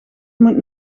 moet